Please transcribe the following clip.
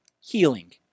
healing